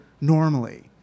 normally